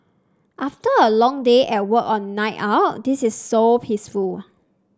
after a long day at work or night out this is so peaceful